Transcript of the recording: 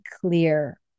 clear